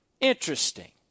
Interesting